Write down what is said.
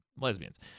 lesbians